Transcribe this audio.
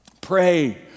Pray